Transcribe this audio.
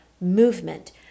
movement